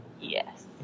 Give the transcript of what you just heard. yes